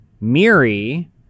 Miri